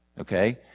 okay